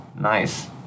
nice